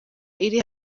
iri